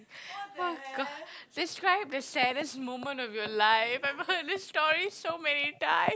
describe the saddest moment of your life I've heard this story so many time